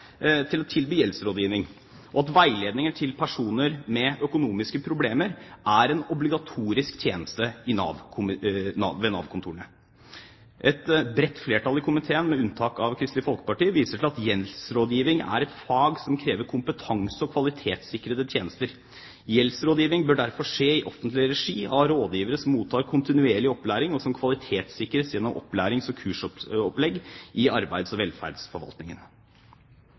gjeldsrådgivning, og at veiledning til personer med økonomiske problemer er en obligatorisk tjeneste ved Nav-kontorene. Et bredt flertall i komiteen, med unntak av Kristelig Folkeparti, viser til at gjeldsrådgivning er et fag som krever kompetanse og kvalitetssikrede tjenester. Gjeldsrådgivning bør derfor skje i offentlig regi av rådgivere som mottar kontinuerlig opplæring, og som kvalitetssikres gjennom opplærings- og kursopplegg i arbeids- og velferdsforvaltningen.